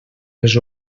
les